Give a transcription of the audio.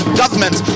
government